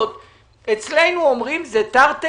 אצלנו אומרים זה תרתי